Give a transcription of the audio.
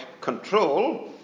control